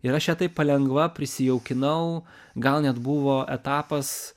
ir aš ją taip palengva prisijaukinau gal net buvo etapas